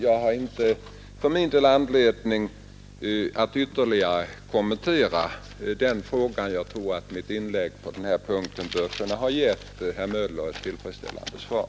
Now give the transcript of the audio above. Jag har inte för min del anledning att ytterligare kommentera den frågan. Jag tror att mitt inlägg på den här punkten bör kunna ha gett herr Möller ett tillfredsställande svar.